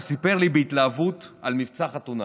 הוא סיפר לי בהתלהבות על "מבצע חתונה"